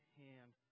hand